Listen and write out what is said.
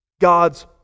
god's